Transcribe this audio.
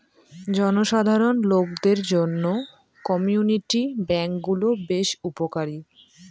জনসাধারণ লোকদের জন্য কমিউনিটি ব্যাঙ্ক গুলো বেশ উপকারী